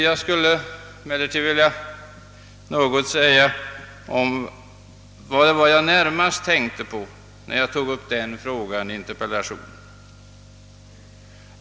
Jag skulle emellertid något vilja beröra vad jag närmast hade i tankarna när jag tog upp denna fråga i min interpellation.